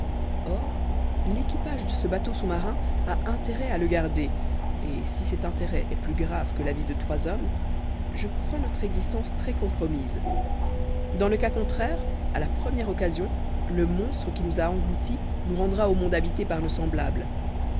or l'équipage de ce bateau sous-marin a intérêt à le garder et si cet intérêt est plus grave que la vie de trois hommes je crois notre existence très compromise dans le cas contraire à la première occasion le monstre qui nous a engloutis nous rendra au monde habité par nos semblables